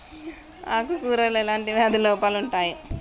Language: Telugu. ఆకు కూరలో ఎలాంటి వ్యాధి లోపాలు ఉంటాయి?